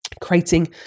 creating